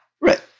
Right